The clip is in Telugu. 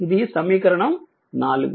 ఇది సమీకరణం 4